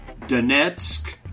Donetsk